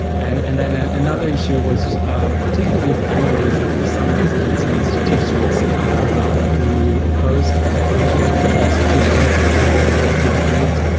and and then another issue was particularly families of some residents in institutions who opposed the closure of ah the institutions where their relative had lived.